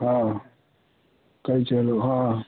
हाँ कई चलो हाँ